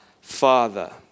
Father